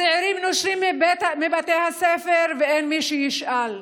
הצעירים נושרים מבתי הספר, ואין מי שישאל.